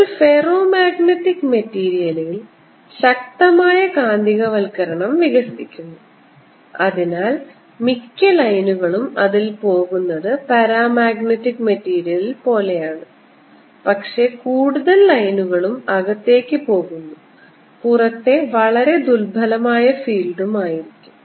ഒരു ഫെറോമാഗ്നറ്റിക് മെറ്റീരിയലിൽ ശക്തമായ കാന്തികവൽക്കരണം വികസിക്കുന്നു അതിനാൽ മിക്ക ലൈനുകളും അതിൽ പോകുന്നത് പരാമാഗ്നറ്റിക് മെറ്റീരിയൽ പോലെയാണ് പക്ഷേ കൂടുതൽ ലൈനുകളും അകത്തേക്ക് പോകുന്നു പുറത്തെ വളരെ ദുർബലമായ ഫീൽഡും ആയിരിക്കും